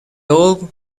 all